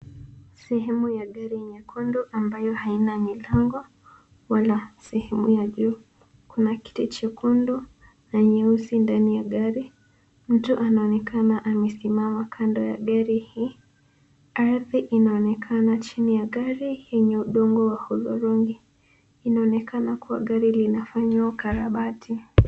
Sehemu ya gari nyekundu ambayo haina milango wala sehemu ya juu. Kuna kiti chekundu na nyeusi ndani ya gari. Mtu anaonekana amesimama kando ya gari hii. Ardhi inaonekana chini ya gari yenye udongo wa hudhurungi. Inaonekana kuwa gari linafanywa ukarabati.